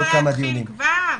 למה לא להתחיל כבר עכשיו?